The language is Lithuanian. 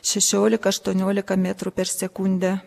šešiolika aštuoniolika metrų per sekundę